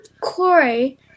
Corey